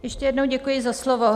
Ještě jednou děkuji za slovo.